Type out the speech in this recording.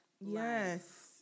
Yes